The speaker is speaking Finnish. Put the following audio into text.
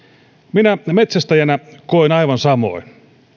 minä metsästäjänä koen aivan samoin